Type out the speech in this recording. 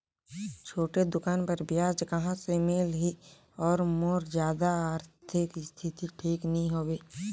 छोटे दुकान बर ब्याज कहा से मिल ही और मोर जादा आरथिक स्थिति ठीक नी हवे?